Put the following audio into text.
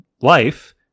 life